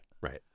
Right